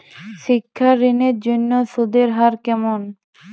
শিক্ষা ঋণ এর জন্য সুদের হার কেমন?